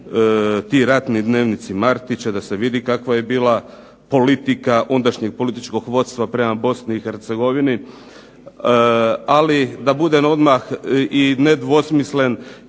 ti ratni dnevnici Martića da se vidi kakva je bila politika ondašnjeg političkog vodstva prema Bosni i Hercegovini. Ali da budem odmah i nedvosmislen